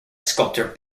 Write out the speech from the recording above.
sculptor